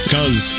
Cause